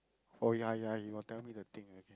oh ya ya you got tell me the thing again